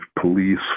police